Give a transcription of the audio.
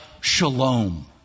shalom